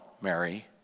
Mary